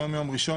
היום יום ראשון,